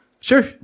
Sure